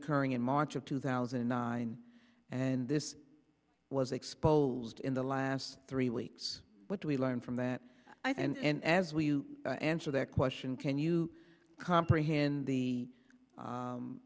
occurring in march of two thousand and nine and this was exposed in the last three weeks what do we learn from that i and as well you answer that question can you comprehend the